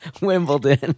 Wimbledon